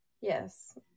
Yes